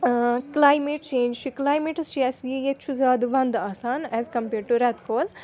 climate change چھِ climates چھِ اَسہِ ییٚتہِ چھُ زیادٕ وَنٛدٕ آسان ایز کَمپیٲڈ ٹُو رٮ۪تہٕ کول